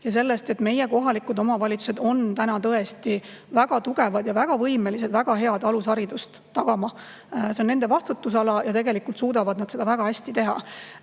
ja sellest, et meie kohalikud omavalitsused on tõesti väga tugevad ja võimelised väga head alusharidust tagama. See on nende vastutusala ja tegelikult suudavad nad seda väga hästi teha.